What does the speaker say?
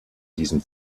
diesem